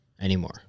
anymore